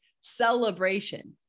celebration